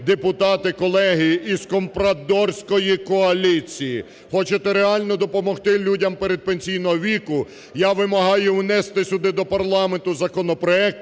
депутати колеги із компрадорської коаліції, хочете реально допомогти людям передпенсійного віку, я вимагаю внести сюди до парламенту законопроект,